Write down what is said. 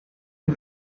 los